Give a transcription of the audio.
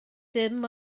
ddim